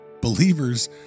believers